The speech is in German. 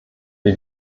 wie